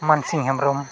Mansingh Hembrom